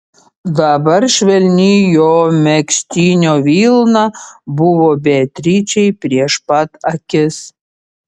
dabar švelni jo megztinio vilna buvo beatričei prieš pat akis